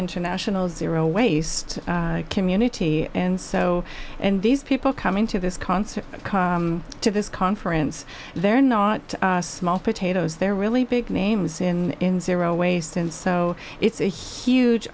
international zero waste community and so and these people coming to this concert to this conference they're not small potatoes they're really big names in in zero waste and so it's a huge